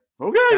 okay